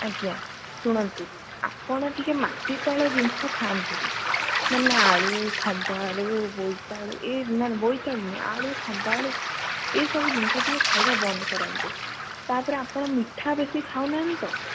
ଆଜ୍ଞା ଶୁଣନ୍ତୁ ଆପଣ ଟିକିଏ ମାଟି ତଳ ଜିନିଷ ଖାଆନ୍ତୁନି ମାନେ ଆଳୁ ଖମ୍ବ ଆଳୁ ବୋଇତାଳୁ ଏ ନା ନା ବୋଇତାଳୁ ନୁହଁ ଆଳୁ ଖମ୍ବଆଳୁ ଏସବୁ ଜିନିଷ ଟିକିଏ ଖାଇବା ବନ୍ଦ କରାନ୍ତୁ ତାପରେ ଆପଣ ମିଠା ବେଶୀ ଖାଉନାହାନ୍ତି ତ